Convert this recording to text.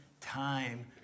Time